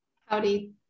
Howdy